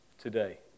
today